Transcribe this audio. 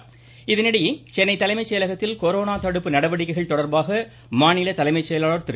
சண்முகம் இதனிடையே சென்னை தலைமை செயலகத்தில் கொரோனா தடுப்பு நடவடிக்கைகள் தொடர்பாக மாநில தலைமை செயலாளர் திரு